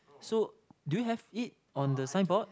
so do you have it on the signboard